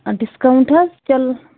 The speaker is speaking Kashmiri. ڈِسکاونٛٹ حظ چل